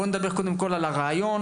בואו נדבר קודם כול על הבעיה,